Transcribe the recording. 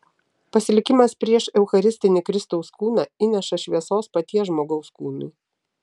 pasilikimas prieš eucharistinį kristaus kūną įneša šviesos paties žmogaus kūnui